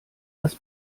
das